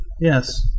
Yes